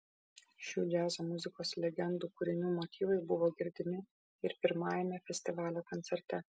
šių džiazo muzikos legendų kūrinių motyvai buvo girdimi ir pirmajame festivalio koncerte